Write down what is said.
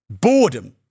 boredom